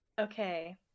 okay